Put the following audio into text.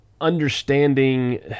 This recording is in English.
understanding